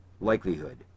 likelihood